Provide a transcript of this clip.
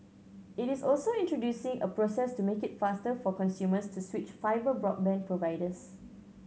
it is also introducing a process to make it faster for consumers to switch fibre broadband providers